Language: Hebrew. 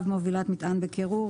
מובילת מטען בקירור.